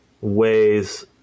ways